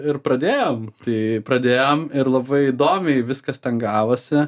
ir pradėjom tai pradėjom ir labai įdomiai viskas ten gavosi